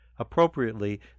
Appropriately